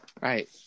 Right